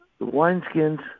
wineskins